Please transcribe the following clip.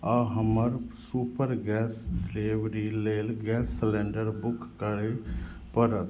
आओर हमर super gas delivery लेल गैस सिलेण्डर बुक करै पड़त